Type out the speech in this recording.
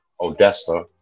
Odessa